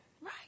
right